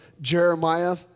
Jeremiah